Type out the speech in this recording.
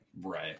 Right